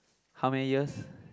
how many years